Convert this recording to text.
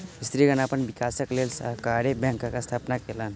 स्त्रीगण अपन विकासक लेल सहकारी बैंकक स्थापना केलैन